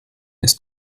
ist